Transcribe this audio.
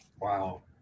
Wow